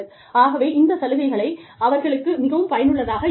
ஆகவே இந்த சலுகைகள் அவர்களுக்கு மிகவும் பயனுள்ளதாக இருக்காது